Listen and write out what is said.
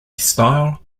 style